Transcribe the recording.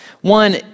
One